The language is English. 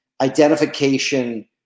identification